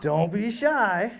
don't be shy